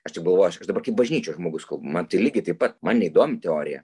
aš taip galvoju aš dabar kaip bažnyčios žmogus kalbu man tai lygiai taip pat man neįdomi teorija